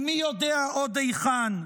ומי יודע עוד היכן.